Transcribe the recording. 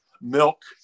milk